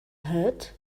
hat